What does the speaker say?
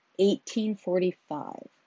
1845